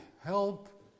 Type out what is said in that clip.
help